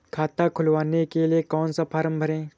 खाता खुलवाने के लिए कौन सा फॉर्म भरें?